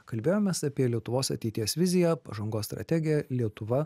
kalbėjomės apie lietuvos ateities viziją pažangos strategija lietuva